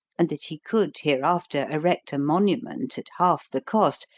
and that he could hereafter erect a monument at half the cost,